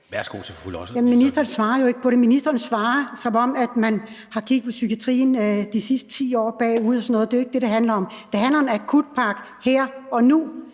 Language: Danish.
Liselott Blixt (DF): Jamen ministeren svarer jo ikke på det. Ministeren svarer, som om man har kigget bagud på psykiatrien de sidste 10 år og sådan noget. Det er jo ikke det, det handler om. Det handler om en akutpakke her og nu.